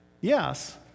Yes